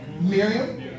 Miriam